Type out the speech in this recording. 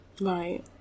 Right